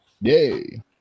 Yay